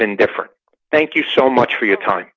been different thank you so much for your time